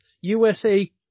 USA